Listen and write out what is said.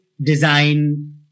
design